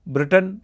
Britain